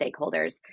stakeholders